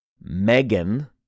Megan